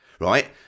Right